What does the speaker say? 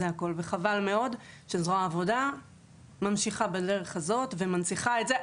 זה הכל וחבל ומאוד שזרוע העבודה ממשיכה בדרך הזו ומנציחה את זה.